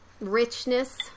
richness